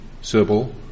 Sybil